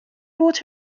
brought